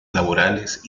laborales